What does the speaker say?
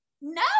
no